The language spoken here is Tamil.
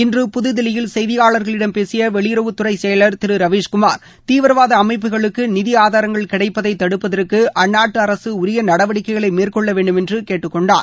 இன்று புதுதில்லியில் செய்தியாளர்களிடம் பேசிய வெளியுறவுத்துறை செயல் திரு ரவீஸ்குமார் தீவிரவாத அமைப்புகளுக்கு நிதி ஆதாரங்கள் கிடைப்பதை தடுப்பதற்கு அந்நாட்டு அரசு உரிய நடவடிக்கைகளை மேற்கொள்ள வேண்டுமென்று கேட்டுக் கொண்டார்